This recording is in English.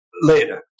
later